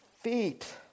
feet